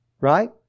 right